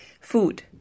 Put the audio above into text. Food